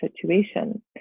situation